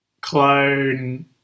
clone